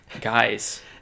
Guys